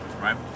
right